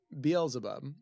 Beelzebub